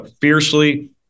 fiercely